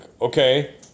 okay